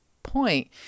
point